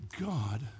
God